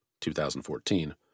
2014